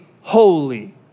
holy